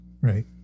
right